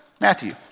Matthew